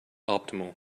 optimal